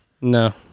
No